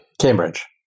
Cambridge